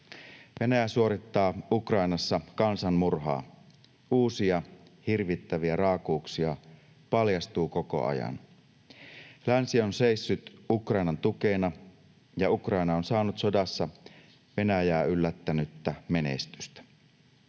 Venäjä suorittaa Ukrainassa kansanmurhaa. Uusia hirvittäviä raakuuksia paljastuu koko ajan. Länsi on seissyt Ukrainan tukena, ja Ukraina on saanut sodassa Venäjää yllättänyttä menestystä.